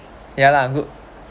ya lah good